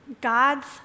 God's